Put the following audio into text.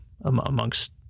Amongst